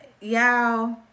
y'all